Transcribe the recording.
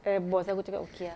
eh boss aku cakap okay ah